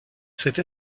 cette